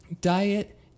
diet